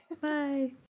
Bye